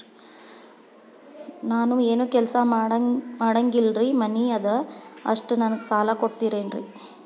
ನಾನು ಏನು ಕೆಲಸ ಮಾಡಂಗಿಲ್ರಿ ಮನಿ ಅದ ಅಷ್ಟ ನನಗೆ ಸಾಲ ಕೊಡ್ತಿರೇನ್ರಿ?